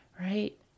Right